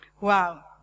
Wow